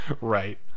Right